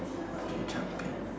bungee jumping